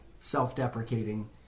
self-deprecating